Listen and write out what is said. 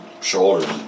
shoulders